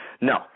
No